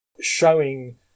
showing